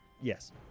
Yes